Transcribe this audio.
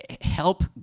help